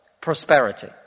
prosperity